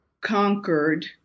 conquered